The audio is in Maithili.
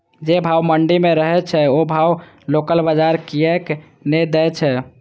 जे भाव मंडी में रहे छै ओ भाव लोकल बजार कीयेक ने दै छै?